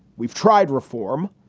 we've tried reform.